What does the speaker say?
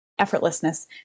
effortlessness